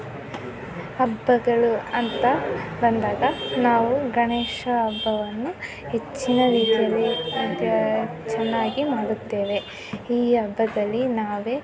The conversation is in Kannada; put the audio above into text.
ಹಬ್ಬಗಳು ಅಂತ ಬಂದಾಗ ನಾವು ಗಣೇಶ ಹಬ್ಬವನ್ನು ಹೆಚ್ಚಿನ ರೀತಿಯಲ್ಲಿ ಚೆನ್ನಾಗಿ ಮಾಡುತ್ತೇವೆ ಈ ಹಬ್ಬದಲ್ಲಿ ನಾವೇ